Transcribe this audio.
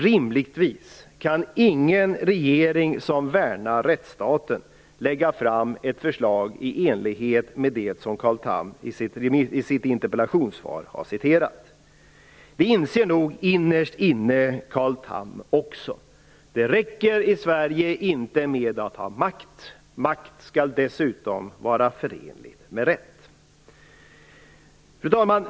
Rimligtvis kan ingen regering som värnar rättsstaten lägga fram ett förslag i enlighet med det som Carl Tham i sitt interpellationssvar har citerat. Innerst inne inser nog också Carl Tham det. Det räcker i Sverige inte med att ha makt. Makt skall dessutom vara förenlig med rätt. Fru talman!